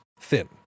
thin